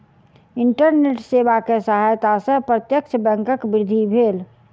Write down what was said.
internet सेवा के सहायता से प्रत्यक्ष बैंकक वृद्धि भेल